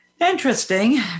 Interesting